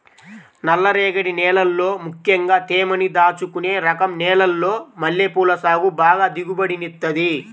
నల్లరేగడి నేలల్లో ముక్కెంగా తేమని దాచుకునే రకం నేలల్లో మల్లెపూల సాగు బాగా దిగుబడినిత్తది